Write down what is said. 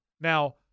Now